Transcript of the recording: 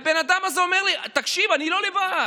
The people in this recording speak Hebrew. הבן אדם הזה אומר לי: תקשיב, אני לא לבד,